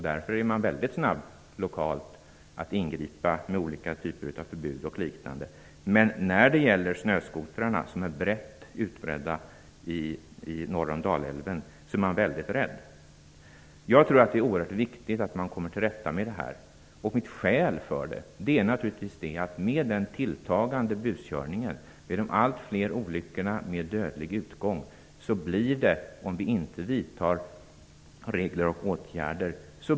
Därför är man lokalt mycket snabb med att ingripa med t.ex. olika förbud. När det gäller snöskotrarna, som är utbredda norr om Dalälven, är man väldigt rädd. Jag tror att det är oerhört viktigt att man kommer till rätta med det här. Skälet till att jag tycker det är att nyttotrafiken och den seriösa fritidstrafiken, som jag tror att vi alla är angelägna om att slå vakt om, hotas om vi inte vidtar åtgärder.